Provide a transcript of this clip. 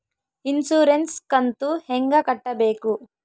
Insurance ಕಂತು ಹೆಂಗ ಕಟ್ಟಬೇಕು?